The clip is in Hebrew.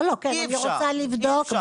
אי אפשר לנסח את זה עם הוראות סותרות בכל מקום.